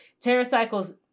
terracycles